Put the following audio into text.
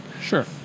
Sure